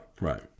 right